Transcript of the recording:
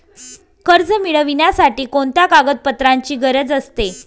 कर्ज मिळविण्यासाठी कोणत्या कागदपत्रांची गरज असते?